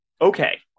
okay